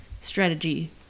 strategy